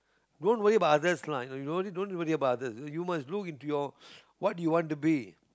don't worry about others lah you don't don't need to worry about others you must look into your what you want to be